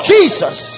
Jesus